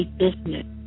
business